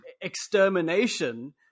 extermination